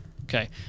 Okay